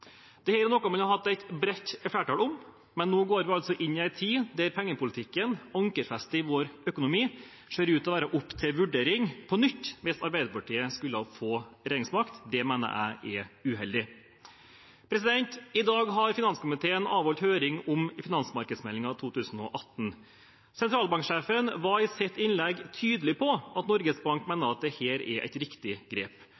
er noe man har hatt et bredt flertall om, men nå går vi inn i en tid da pengepolitikken, ankerfestet i vår økonomi, ser ut til å være opp til vurdering på nytt hvis Arbeiderpartiet skulle få regjeringsmakt. Det mener jeg er uheldig. I dag har finanskomiteen avholdt høring om finansmarkedsmeldingen 2018. Sentralbanksjefen var i sitt innlegg tydelig på at Norges Bank mener at dette er et riktig grep.